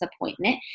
appointment